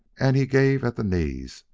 and he gave at the knees,